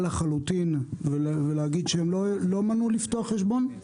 לחלוטין ולהגיד שהם לא מנעו לפתוח חשבון?